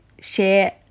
share